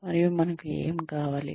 మరియు మనకు ఏమి కావాలి